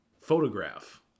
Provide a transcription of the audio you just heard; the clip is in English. photograph